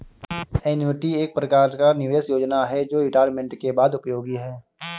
annuity एक प्रकार का निवेश योजना है जो रिटायरमेंट के बाद उपयोगी है